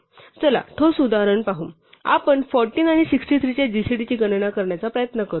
चला ठोस उदाहरण पाहू आपण 14 आणि 63 च्या जीसीडी ची गणना करण्याचा प्रयत्न करू